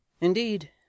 Indeed